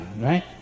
right